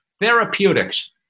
Therapeutics